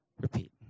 repeat